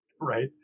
Right